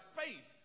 faith